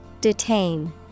Detain